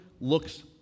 looks